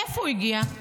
מאיפה הוא הגיע?